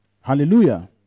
Hallelujah